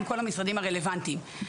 עם כל המשרדים הרלוונטיים.